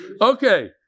Okay